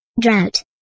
drought